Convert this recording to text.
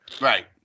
right